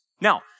Now